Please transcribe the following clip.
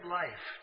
life